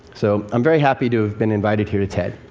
so i'm very happy to have been invited here to ted.